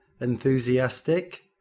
Enthusiastic